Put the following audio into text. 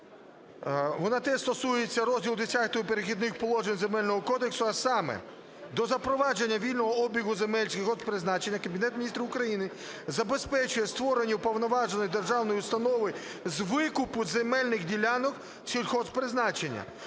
Вона теж стосується розділу Х "Перехідних положень" Земельного кодексу, а саме: "До запровадження вільного обігу земель сільгосппризначення Кабінет Міністрів України забезпечує створення уповноваженої державної установи з викупу земельних ділянок сільгосппризначення.